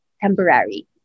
temporary